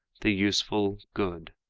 the useful good.